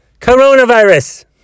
Coronavirus